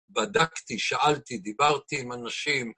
בדקתי, שאלתי, דיברתי עם אנשים